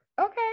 Okay